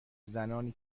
زنانی